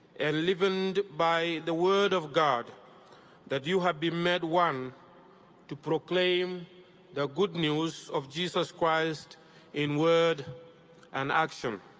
and living and by the word of god that you have been made one to proclaim the good news of jesus christ in word and action.